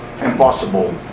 impossible